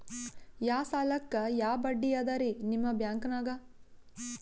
ಯಾ ಸಾಲಕ್ಕ ಯಾ ಬಡ್ಡಿ ಅದರಿ ನಿಮ್ಮ ಬ್ಯಾಂಕನಾಗ?